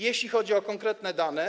Jeśli chodzi o konkretne dane.